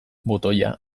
botoia